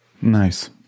nice